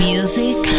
Music